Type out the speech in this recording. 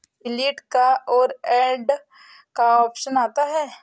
delete का और add का ऑप्शन आता है